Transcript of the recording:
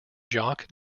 jock